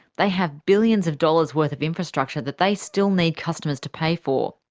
they have billions of dollars' worth of infrastructure that they still need customers to pay for.